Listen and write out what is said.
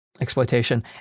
exploitation